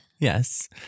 yes